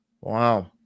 Wow